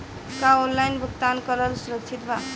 का ऑनलाइन भुगतान करल सुरक्षित बा?